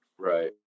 Right